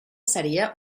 seria